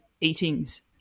eatings